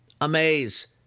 Amaze